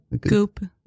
goop